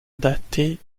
daté